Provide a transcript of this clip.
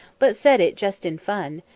but said it just in fun,